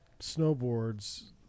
snowboards